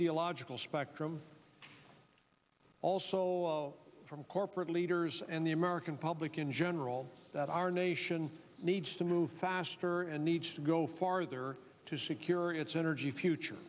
illogical spectrum also from corporate leaders and the american public in general that our nation needs to move faster and needs to go farther to secure its energy future